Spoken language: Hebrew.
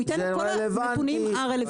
הוא ייתן את כל הנתונים ההשוואתיים.